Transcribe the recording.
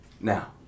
Now